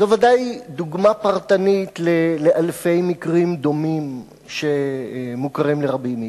זו ודאי דוגמה פרטנית לאלפי מקרים דומים שמוכרים לרבים מאתנו,